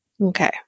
okay